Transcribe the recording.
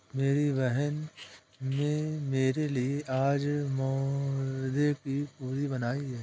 मेरी बहन में मेरे लिए आज मैदे की पूरी बनाई है